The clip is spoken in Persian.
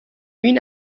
این